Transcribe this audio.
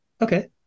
Okay